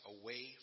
away